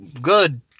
good